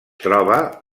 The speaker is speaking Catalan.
troba